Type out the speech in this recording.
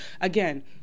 Again